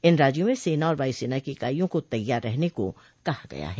इन राज्यों में सेना और वायुसेना की इकाइयों को तैयार रहने को कहा गया है